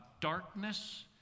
darkness